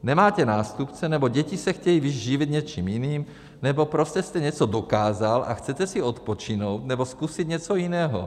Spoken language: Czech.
Nemáte nástupce, nebo děti se chtějí živit něčím jiným, nebo prostě jste něco dokázal a chcete si odpočinout nebo zkusit něco jiného.